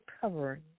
covering